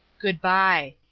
good-by.